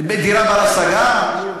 בר-השגה.